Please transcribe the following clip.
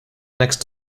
next